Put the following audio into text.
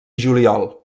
juliol